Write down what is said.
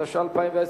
התש"ע 2010,